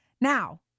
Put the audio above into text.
Now